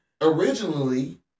Originally